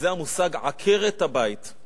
וזה המושג "עקרת הבית":